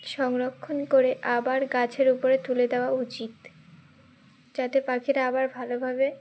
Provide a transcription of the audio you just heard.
সংরক্ষণ করে আবার গাছের উপরে তুলে দেওয়া উচিত যাতে পাখিরা আবার ভালোভাবে